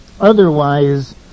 Otherwise